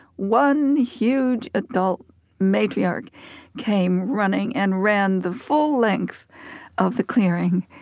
one huge adult matriarch came running and ran the full length of the clearing.